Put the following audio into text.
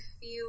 feel